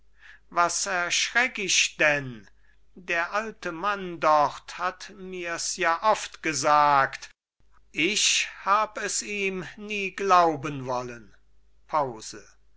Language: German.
nun was erschreck ich denn der alte mann dort hat mir's ja oft gesagt ich hab es ihm nie glauben wollen